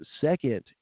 second